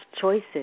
choices